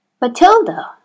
Matilda